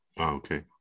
Okay